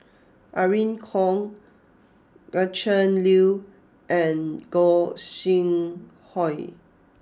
Irene Khong Gretchen Liu and Gog Sing Hooi